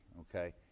okay